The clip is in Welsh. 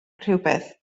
rhywbeth